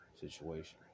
situation